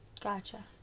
gotcha